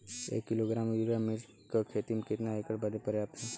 एक kilogram urea मिर्च क खेती में कितना एकड़ बदे पर्याप्त ह?